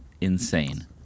insane